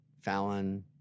Fallon